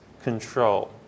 control